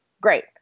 great